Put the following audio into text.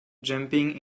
jumping